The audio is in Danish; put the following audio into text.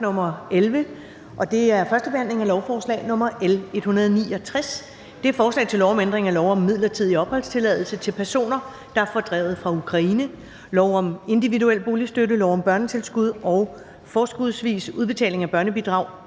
11) 1. behandling af lovforslag nr. L 169: Forslag til lov om ændring af lov om midlertidig opholdstilladelse til personer, der er fordrevet fra Ukraine, lov om individuel boligstøtte, lov om børnetilskud og forskudsvis udbetaling af børnebidrag